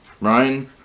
Ryan